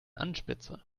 anspitzer